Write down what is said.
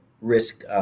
risk